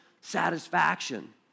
satisfaction